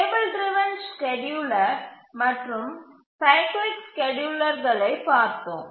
table driven scheduler மற்றும் cyclic ஸ்கேட்யூலர்களைப் பார்த்தோம்